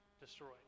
destroyed